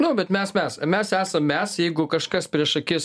nu bet mes mes mes esam mes jeigu kažkas prieš akis